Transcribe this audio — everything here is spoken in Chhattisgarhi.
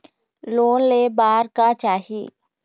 लोन ले बार का चाही?